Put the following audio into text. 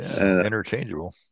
Interchangeable